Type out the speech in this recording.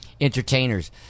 entertainers